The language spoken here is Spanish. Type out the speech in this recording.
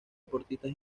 deportistas